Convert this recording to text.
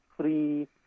free